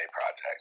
Project